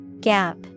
Gap